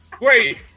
wait